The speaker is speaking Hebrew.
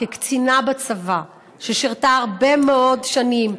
כקצינה בצבא ששירתה הרבה מאוד שנים,